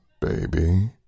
Baby